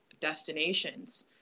destinations